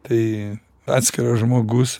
tai atskiras žmogus